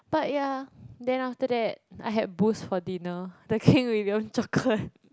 but yeah then after that I had boost for dinner the King William chocolate